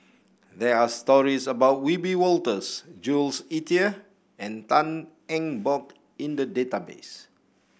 there are stories about Wiebe Wolters Jules Itier and Tan Eng Bock in the database